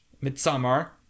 Midsummer